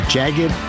jagged